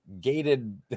gated